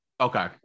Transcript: Okay